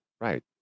Right